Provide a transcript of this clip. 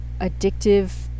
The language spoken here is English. addictive